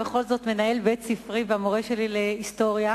אתה בכל זאת מנהל בית-ספרי והמורה שלי להיסטוריה,